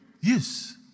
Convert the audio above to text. Yes